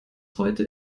heute